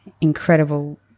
incredible